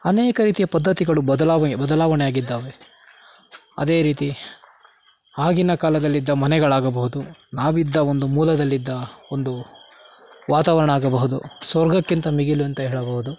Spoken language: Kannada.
ಅನೇಕ ರೀತಿಯ ಪದ್ಧತಿಗಳು ಬದಲಾ ಬದಲಾವಣೆಯಾಗಿದ್ದಾವೆ ಅದೇ ರೀತಿ ಆಗಿನ ಕಾಲದಲ್ಲಿದ್ದ ಮನೆಗಳಾಗಬಹುದು ನಾವಿದ್ದ ಒಂದು ಮೂಲದಲ್ಲಿದ್ದ ಒಂದು ವಾತಾವರಣ ಆಗಬಹುದು ಸ್ವರ್ಗಕ್ಕಿಂತ ಮಿಗಿಲುಂತ ಹೇಳಬಹುದು